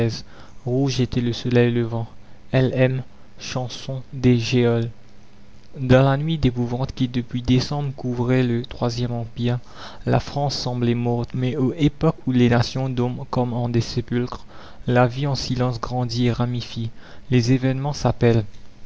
était le soleil levant l m chanson des geôles dans la nuit d'épouvante qui depuis décembre couvrait le troisième empire la france semblait morte mais aux époques où les nations dorment comme en des sépulcres la vie en silence grandit et ramifie les événements s'appellent